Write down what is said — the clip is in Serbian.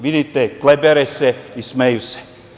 Vidite, klibere se i smeju se.